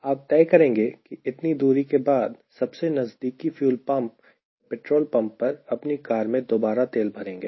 आप तय करेंगे की इतनी दूरी के बाद सबसे नजदीकी फ्यूल पंप या पेट्रोल पंप पर अपनी कार में दोबारा तेल भरेंगे